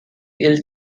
ill